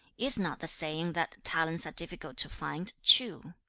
is not the saying that talents are difficult to find, true?